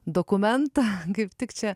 dokumentą kaip tik čia